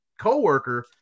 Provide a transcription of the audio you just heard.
co-worker